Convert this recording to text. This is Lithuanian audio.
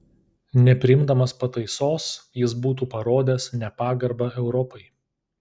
nepriimdamas pataisos jis būtų parodęs nepagarbą europai